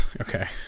Okay